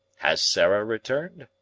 has sarah returned?